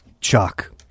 Chuck